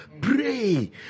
Pray